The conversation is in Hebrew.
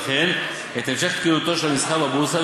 וכן את המשך תקינותו של המסחר בבורסה,